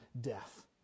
death